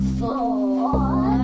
four